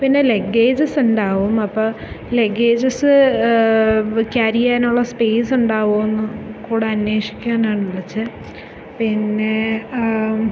പിന്നെ ലഗേജസ് ഉണ്ടാവും അപ്പോൾ ലഗേജസ് ക്യാരി ചെയ്യാനുള്ള സ്പേസ് ഉണ്ടാവുമോ എന്ന് കൂടെ അന്വേഷിക്കാനാണ് വിളിച്ചത് പിന്നെ